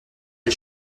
les